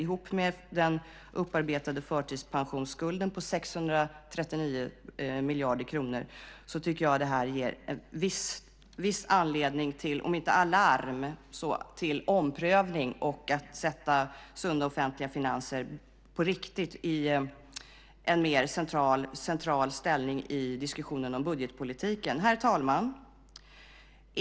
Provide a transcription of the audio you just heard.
Ihop med den upparbetade förtidspensionsskulden på 639 miljarder kronor tycker jag att det ger viss anledning till om inte alarm så till omprövning och att sätta sunda offentliga finanser på riktigt i en mer central ställning i diskussionen om budgetpolitiken. Herr talman!